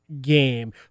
game